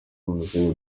bumeze